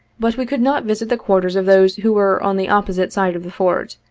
but we could not visit the quarters of those who were on the opposite side of the fort,